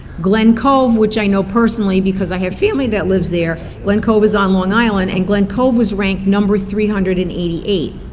glen cove, which i know personally because i have family that lives there, glen cove is on long island, and glen cove was ranked number three hundred and eighty eight.